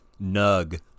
Nug